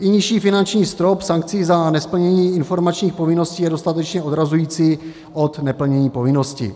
I nižší finanční strop sankcí za nesplnění informačních povinností je dostatečně odrazující od neplnění povinností.